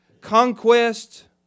conquest